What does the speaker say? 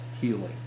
healing